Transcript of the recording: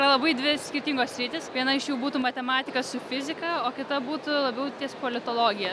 yra labai dvi skirtingos sritys viena iš jų būtų matematika su fizika o kita būtų labiau ties politologija